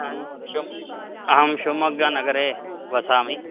अहं अहं शिवमोग्गानगरे वसामि